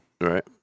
Right